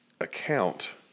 account